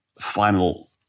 final